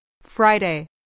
Friday